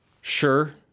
sure